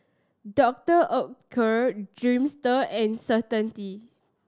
Doctor Oetker Dreamster and Certainty